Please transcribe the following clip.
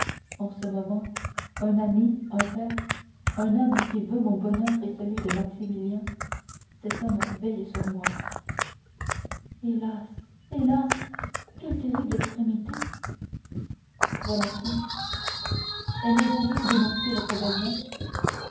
en ce moment un ami un père un homme qui veut mon bonheur et celui de maximilien cet homme veille sur moi hélas hélas quelle terrible extrémité valentine aimez-vous mieux dénoncer votre belle-mère